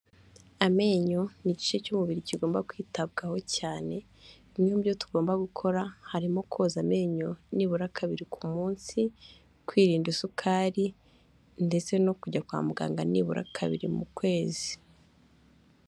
Amenyo ni igice cy'umubiri kigomba kwitabwaho cyane, bimwe mu byo tugomba gukora, harimo koza amenyo nibura kabiri ku munsi, kwirinda isukari, ndetse no kujya kwa muganga nibura kabiri mu kwezi.